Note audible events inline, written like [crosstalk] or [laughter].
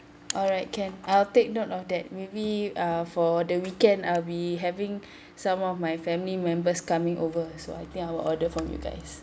alright can I'll take note of that maybe uh for the weekend I'll be having [breath] some of my family members coming over so I think I will order from you guys